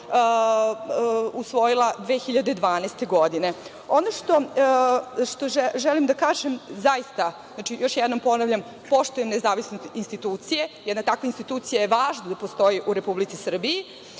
usvojila 2012. godine. Ono što želim da kažem, zaista, još jednom ponavljam, poštujem nezavisnost institucije, jedna takva institucija je važno da postoji u Republici Srbiji,